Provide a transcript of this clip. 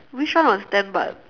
which one was ten baht